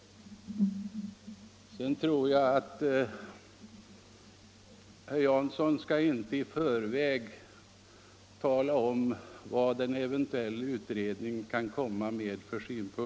Sedan tror jag inte att herr Jansson i förväg bör tala om vilka förslag en eventuell utredning skulle kunna komma fram till.